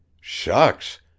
Shucks